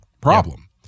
problem